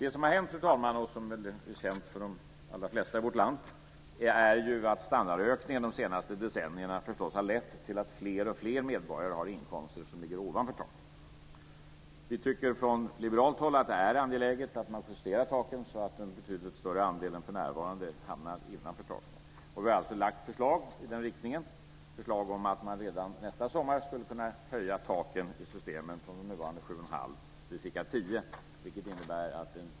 Det som har hänt, och som väl är känt för de allra flesta i vårt land, är att standardökningen under de senaste decennierna förstås har lett till att fler och fler medborgare har inkomster som ligger ovanför taket.